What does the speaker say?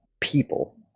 people